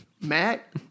Matt